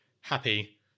happy